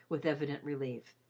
with evident relief.